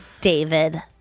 David